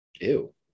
Ew